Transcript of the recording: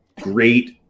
great